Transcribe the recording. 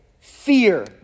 fear